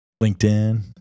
linkedin